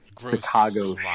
Chicago